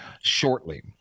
shortly